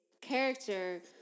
character